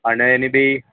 અને એની બી